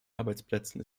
arbeitsplätzen